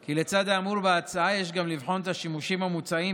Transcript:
כי לצד האמור בהצעה יש גם לבחון את השימושים המוצעים,